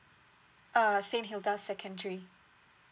uh saint hilda secondary